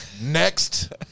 Next